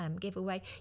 giveaway